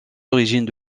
origines